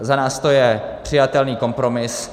Za nás to je přijatelný kompromis.